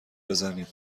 بزنیم